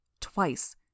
Twice